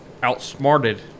outsmarted